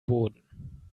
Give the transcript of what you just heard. boden